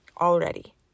already